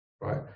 right